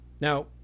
Now